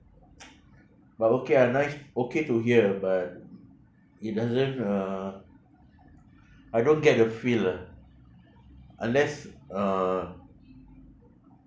but okay ah nice okay to hear but it doesn't uh I don't get the feel ah unless uh